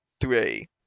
three